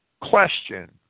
question